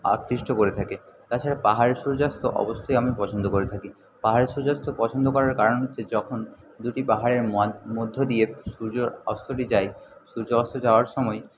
আকৃষ্ট করে থাকে তাছাড়া পাহাড়ের সূর্যাস্ত অবশ্যই আমি পছন্দ করে থাকি পাহাড়ের সূর্যাস্ত পছন্দ করার কারণ হচ্ছে যখন দুটি পাহাড়ের মধ্য দিয়ে সূর্যর অস্তটি যায় সূর্য অস্ত যাওয়ার সময়